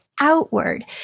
outward